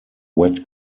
wet